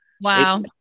wow